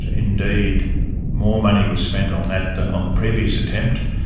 indeed more money was spent on that than on the previous attempt.